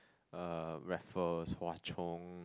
uh Raffles Hwa-Chong